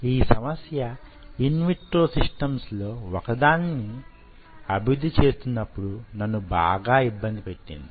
ఈ సమస్య in vitro systems లో వొకదానిని అభివృద్ధి చేస్తునప్పుడు నన్ను బాగా ఇబ్బంది పెట్టింది